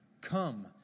Come